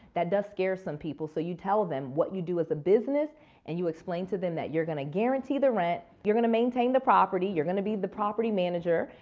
that does scare some people. so, you tell them what you do as a business and you explain to them that you're going to guarantee the rent. you're going to maintain the property. you're going to be the property manager.